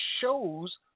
shows